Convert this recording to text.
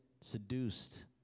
seduced